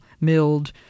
milled